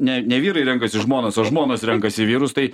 ne ne vyrai renkasi žmonas o žmonos renkasi vyrus tai